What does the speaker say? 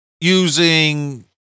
using